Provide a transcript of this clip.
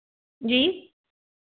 जी